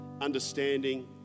understanding